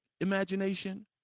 imagination